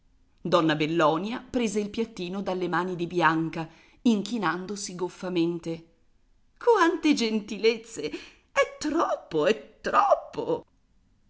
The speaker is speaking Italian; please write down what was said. viso donna bellonia prese il piattino dalle mani di bianca inchinandosi goffamente quante gentilezze è troppo è troppo